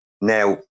Now